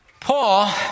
Paul